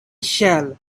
shall